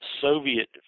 Soviet